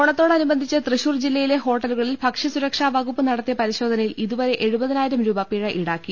ഓണത്തോടനുബന്ധിച്ച് തൃശൂർ ജില്ലയിലെ ഹോട്ടലുകളിൽ ഭക്ഷ്യസുരക്ഷാ വകുപ്പ് നടത്തിയ പരിശോധനയിൽ ഇതുവരെ ഏഴു പതിനായിരം രൂപ പിഴ ഈടാക്കി